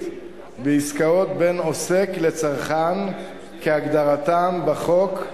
בעסקאות בין עוסק לצרכן כהגדרתן בחוק,